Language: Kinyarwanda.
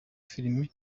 filime